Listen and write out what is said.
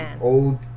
old